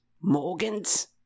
Morgans